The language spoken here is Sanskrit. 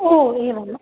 ओ एवं